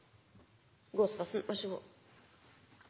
Johansen, vær så god.